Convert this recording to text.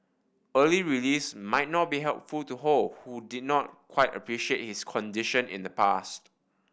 early release might not be helpful to Ho who did not quite appreciate his condition in the past